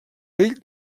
vell